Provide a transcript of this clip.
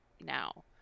now